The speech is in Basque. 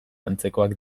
antzekoak